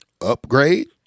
upgrade